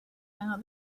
now